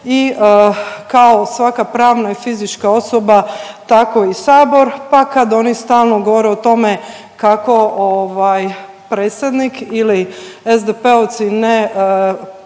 i kao svaka pravna i fizička osoba tako i sabor pa kad oni stalno govore o tome kako ovaj predsjednik ili SDP-ovci ne poštivaju